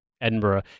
Edinburgh